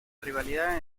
rivalidad